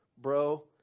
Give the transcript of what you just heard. bro